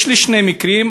יש לי שני מקרים,